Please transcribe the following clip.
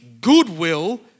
goodwill